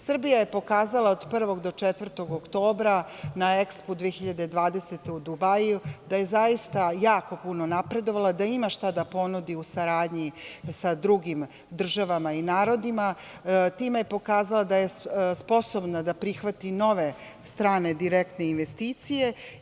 Srbija je pokazala od 1. do 4. oktobra na "Ekspu 2020" u Dubaiju da je zaista jako puno napredovala, da ima šta da ponudi u saradnji sa drugim državama i narodima, a time je pokazala da je sposobna da prihvati nove strane direktne investicije.